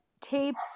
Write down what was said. tapes